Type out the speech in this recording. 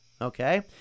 Okay